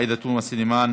עאידה תומא סלימאן,